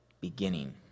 beginning